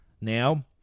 now